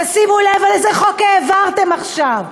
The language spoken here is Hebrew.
שימו לב איזה חוק העברתם עכשיו.